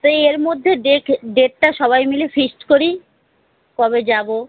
এই এর মধ্যে দেখে ডেটটা সবাই মিলে ফিক্সড করি কবে যাব